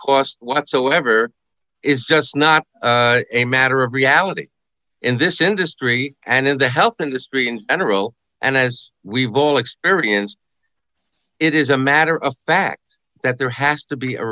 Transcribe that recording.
cost whatsoever it's just not a matter of reality in this industry and in the health industry in general and as we've all experienced it is a matter of fact that there has to be a